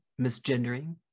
misgendering